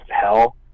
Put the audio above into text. hell